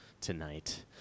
tonight